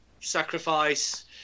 sacrifice